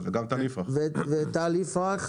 וטל יפרח.